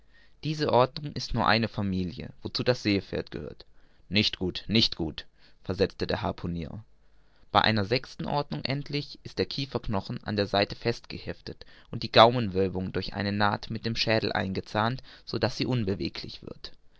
diese ordnung ist nur eine familie wozu das seepferd gehört nicht gut nicht gut versetzte der harpunier bei einer sechsten ordnung endlich ist der kieferknochen an der seite festgeheftet und die gaumenwölbung durch eine naht mit dem schädel eingezahnt so daß sie unbeweglich wird